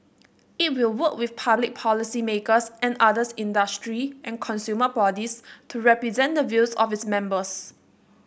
it will work with public policymakers and others industry and consumer bodies to represent the views of its members